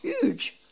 huge